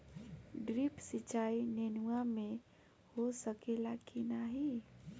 Drip सिंचाई नेनुआ में हो सकेला की नाही?